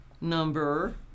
number